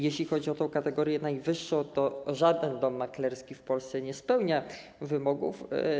Jeśli chodzi o tę kategorię najwyższą, to żaden dom maklerski w Polsce nie spełnia wymogów.